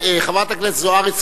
חברת הכנסת זוארץ,